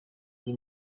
uri